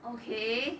okay